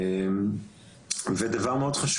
דבר נוסף: